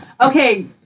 Okay